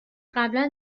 قبلا